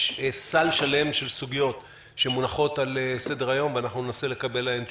יש סל שלם של סוגיות שמונחות על סדר-היום וננסה לקבל אליהן תשובות.